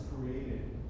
created